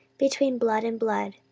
between blood and blood,